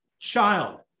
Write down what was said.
Child